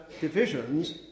divisions